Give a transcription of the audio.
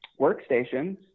workstations